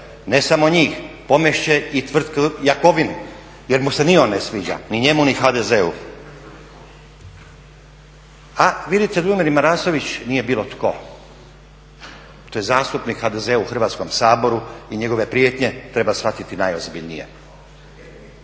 Ne samo njih. Pomest će i tvrtku Jakovina jer mu se ni on ne sviđa, ni njemu ni HDZ-u. A vidite Dujomir Marasović nije bilo tko. To je zastupnik HDZ-a u Hrvatskom saboru i njegove prijetnje treba shvatiti najozbiljnije.